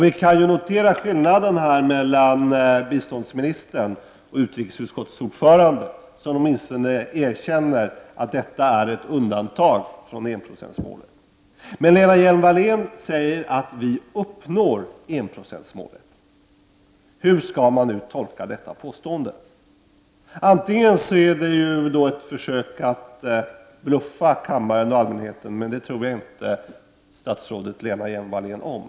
Vi kan notera skillnaden mellan biståndsministern och utrikesutskottets ordförande, som åtminstone erkänner att detta är ett undantag från enprocentsmålet. Lena Hjelm-Wallén säger att vi uppnår enprocentsmålet. Hur skall man tolka detta påstående? Man skulle kunna tänka sig att det är ett försök att bluffa kammaren och allmänheten, men det tror jag inte statsrådet Lena Hjelm-Wallén om.